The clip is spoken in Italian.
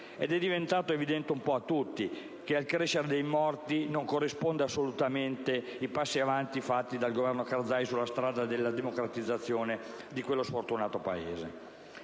È diventato evidente che al crescere dei morti non corrispondono assolutamente dei passi in avanti compiuti dal Governo Karzai sulla strada della democratizzazione di questo sfortunato Paese.